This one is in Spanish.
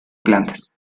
plantas